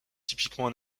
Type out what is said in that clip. typiquement